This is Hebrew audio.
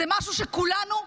זה משהו שכולנו,